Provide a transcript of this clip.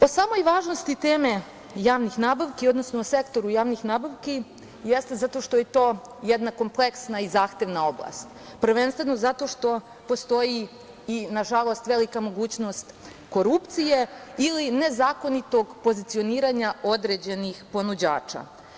O samoj važnosti teme javnih nabavki, odnosno sektoru javnih nabavki jeste zato što je to jedna kompleksna i zahtevna oblast, prvenstveno zato što postoji i, nažalost, velika mogućnost korupcije ili nezakonitog pozicioniranja određenih ponuđača.